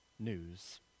news